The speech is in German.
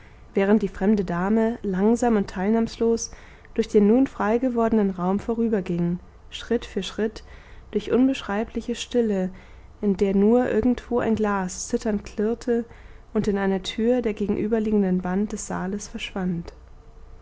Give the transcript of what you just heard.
während die fremde dame langsam und teilnahmlos durch den nun freigewordenen raum vorüberging schritt für schritt durch unbeschreibliche stille in der nur irgendwo ein glas zitternd klirrte und in einer tür der gegenüberliegenden wand des saales verschwand